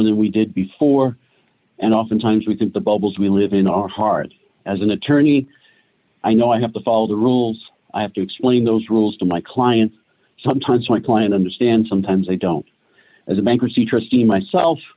than we did before and often times we think the bubbles we live in our hearts as an attorney i know i have to follow the rules i have to explain those rules to my clients sometimes my client understand sometimes they don't as a bankruptcy trustee myself